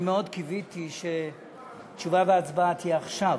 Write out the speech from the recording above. אני מאוד קיוויתי שתשובה והצבעה יהיו עכשיו,